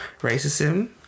racism